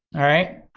alright?